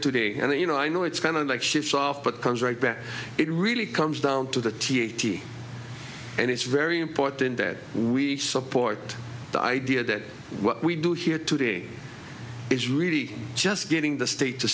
today and you know i you know it's kind of like ships off but comes right back it really comes down to the t t and it's very important that we support the idea that what we do here today is really just getting the state to